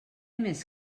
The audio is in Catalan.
més